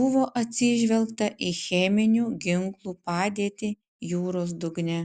buvo atsižvelgta į cheminių ginklų padėtį jūros dugne